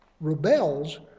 rebels